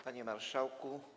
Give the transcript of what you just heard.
Panie Marszałku!